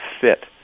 fit